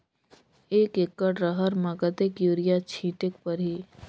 एक एकड रहर म कतेक युरिया छीटेक परही?